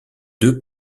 deux